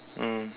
mm